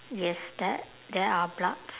yes there there are bloods